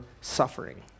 suffering